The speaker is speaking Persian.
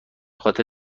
خاطر